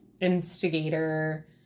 instigator